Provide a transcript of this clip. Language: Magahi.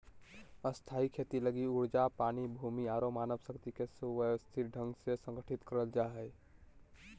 स्थायी खेती लगी ऊर्जा, पानी, भूमि आरो मानव शक्ति के सुव्यवस्थित ढंग से संगठित करल जा हय